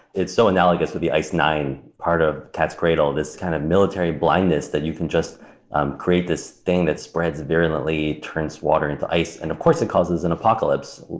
it's so analogous with the ice ix part of cat's cradle, this kind of military blindness that you can just create this thing that spreads virulently, turns water into ice, and of course, it causes an apocalypse.